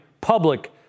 public